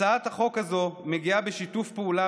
הצעת החוק הזאת מגיעה בשיתוף פעולה